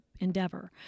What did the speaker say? endeavor